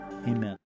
Amen